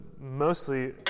mostly